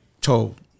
Told